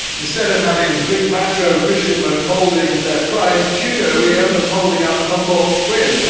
instead of having big macho fishermen holding their prize tuna we have them holding up humboldt squid. and